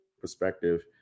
perspective